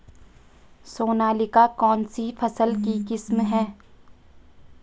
सोनालिका कौनसी फसल की किस्म है?